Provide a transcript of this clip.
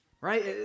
right